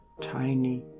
tiny